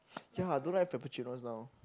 ya I don't like frappuccinos now